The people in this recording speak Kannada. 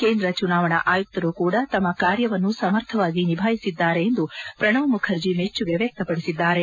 ಕೇಂದ್ರ ಚುನಾವಣೆ ಆಯುಕ್ತರು ಕೂಡ ತಮ್ಮ ಕಾರ್ಯವನ್ನು ಸಮರ್ಥವಾಗಿ ನಿಭಾಯಿಸಿದ್ದಾರೆ ಎಂದು ಪ್ರಣಬ್ ಮುಖರ್ಜಿ ಮೆಚ್ಚುಗೆ ವ್ಯಕ್ತಪದಿಸಿದ್ದಾರೆ